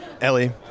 Ellie